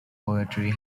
poetry